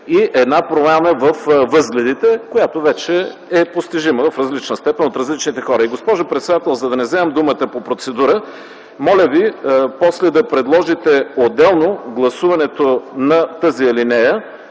и една промяна във възгледите, която вече е постижима в различна степен от различните хора. И, госпожо председател, за да не взимам думата по процедура, моля Ви да подложите отделно гласуването на тази алинея,